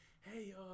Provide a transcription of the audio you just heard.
hey